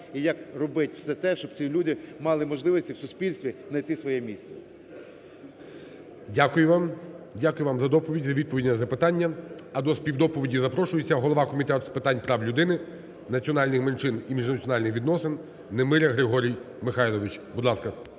і як робити все те, щоб ці люди мали можливості в суспільстві знайти своє місце. ГОЛОВУЮЧИЙ. Дякую вам. Дякую вам за доповідь, за відповіді на запитання. А до співдоповіді запрошується голова Комітету з прав людини, національних меншин і міжнаціональних відносин Немиря Григорій Михайлович. Будь ласка.